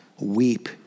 weep